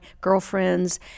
girlfriends